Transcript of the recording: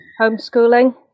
Homeschooling